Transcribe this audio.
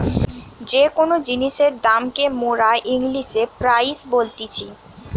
যে কোন জিনিসের দাম কে মোরা ইংলিশে প্রাইস বলতিছি